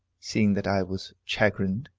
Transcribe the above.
seeing that i was chagrined.